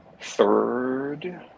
third